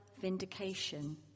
vindication